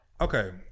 Okay